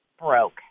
broke